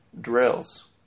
drills